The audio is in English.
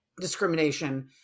discrimination